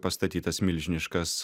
pastatytas milžiniškas